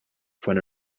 fan